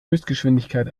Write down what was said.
höchstgeschwindigkeit